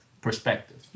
perspective